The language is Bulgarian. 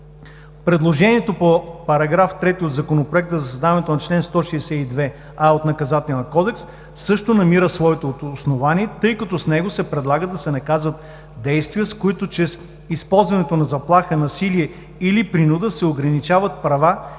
Предложението по § 3 от Законопроекта за създаването на чл. 162а от Наказателния кодекс също намира своето основание, тъй като с него се предлага да се наказват действия, с които чрез използването на заплаха, насилие или принуда, се ограничават права